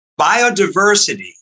Biodiversity